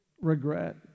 regret